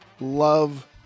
Love